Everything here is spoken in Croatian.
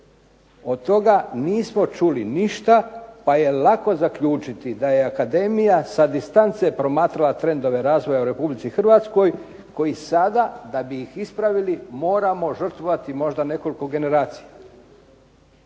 Od toga nismo čuli ništa, pa je lako zaključiti da je akademija sa distance promatrala trendove razvoja u Republici Hrvatskoj, koji sada da bi ih ispravili moramo žrtvovati možda nekoliko generacija.